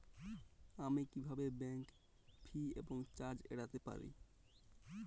আমি কিভাবে bank fee এবং চার্জ এড়াতে পারি?